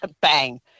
bang